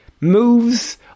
moves